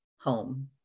home